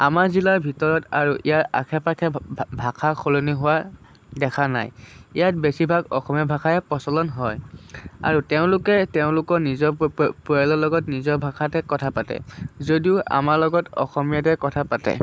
আমাৰ জিলাৰ ভিতৰত আৰু ইয়াৰ আশে পাশে ভাষা সলনি হোৱা দেখা নাই ইয়াত বেছিভাগ অসমীয়া ভাষাৰে প্ৰচলন হয় আৰু তেওঁলোকে তেওঁলোকৰ নিজৰ পৰিয়ালৰ লগত নিজৰ ভাষাতহে কথা পাতে যদিও আমাৰ লগত অসমীয়াতে কথা পাতে